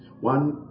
one